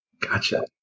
Gotcha